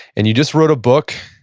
and you just wrote a book,